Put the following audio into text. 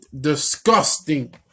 Disgusting